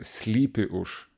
slypi už